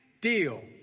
deal